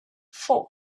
four